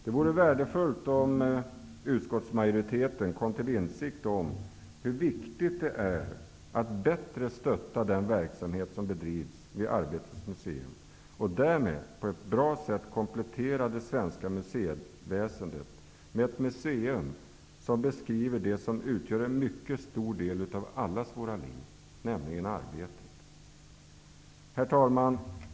Det vore värdefullt om utskottsmajoriteten kom till insikt om hur viktigt det är att bättre stötta den verksamhet som bedrivs vid Arbetets museum och därmed på ett bra sätt komplettera det svenska museiväsendet med ett museum som beskriver det som utgör en mycket stor del av allas våra liv, nämligen arbetet. Herr talman!